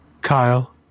kyle